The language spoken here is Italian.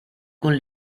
con